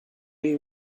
you